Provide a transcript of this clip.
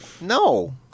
No